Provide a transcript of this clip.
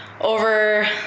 over